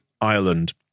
Ireland